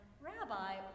Rabbi